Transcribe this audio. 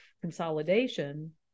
consolidation